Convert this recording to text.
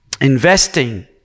Investing